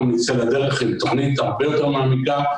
נצא לדרך עם תוכנית הרבה יותר מעמיקה,